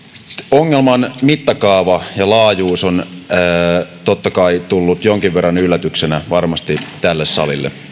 ongelman mittakaava ja laajuus ovat totta kai varmasti tulleet jonkin verran yllätyksenä tälle salille